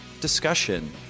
discussion